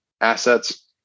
assets